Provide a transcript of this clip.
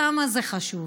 כמה זה חשוב.